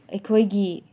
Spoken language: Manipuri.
ꯑꯩꯈꯣꯏꯒꯤ